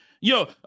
Yo